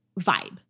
vibe